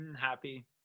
happy